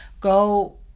go